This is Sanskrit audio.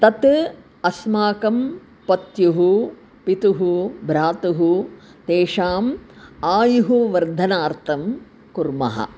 तत् अस्माकं पत्युः पितुः भ्रातुः तेषाम् आयुः वर्धनार्थं कुर्मः